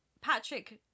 Patrick